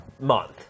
month